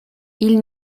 ils